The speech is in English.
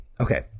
Okay